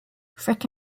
frick